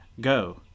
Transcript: Go